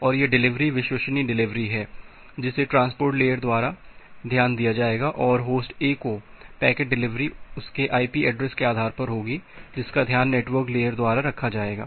और यह डिलीवरी विश्वसनीय डिलीवरी है जिसे ट्रांसपोर्ट लेयर द्वारा ध्यान दिया जाएगा और होस्ट A को पैकेट डिलीवरी उसके आईपी एड्रेस के आधार पर होगा जिसका ध्यान नेटवर्क लेयर द्वारा रखा जाएगा